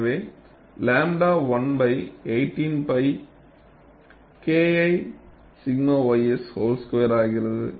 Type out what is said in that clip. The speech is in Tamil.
எனவே 𝝺 1 18 π Kl 𝛔 ys வோல் ஸ்கொயர் ஆகிறது